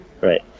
Right